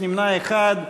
יש נמנע אחד.